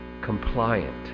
compliant